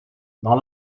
dans